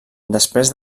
després